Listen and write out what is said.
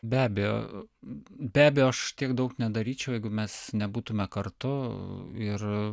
be abejo be abejo aš tiek daug nedaryčiau jeigu mes nebūtume kartu ir